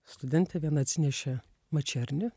studentė viena atsinešė mačernį